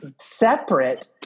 separate